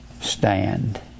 stand